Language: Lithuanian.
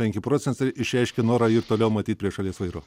penki procentai išreiškė norą ir toliau matyt prie šalies vairo